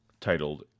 titled